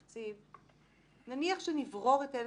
ביצוע.